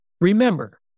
remember